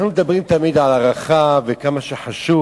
אנחנו תמיד מדברים על הארכה ועל כמה שחשוב